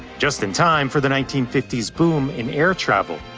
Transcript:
just in time for the nineteen fifty s boom in air travel.